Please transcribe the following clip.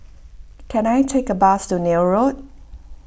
can I take a bus to Neil Road